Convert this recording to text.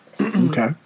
Okay